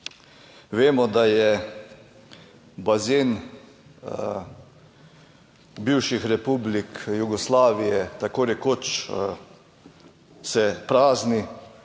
Vemo, da je bazen bivših republik Jugoslavije tako rekoč se prazni,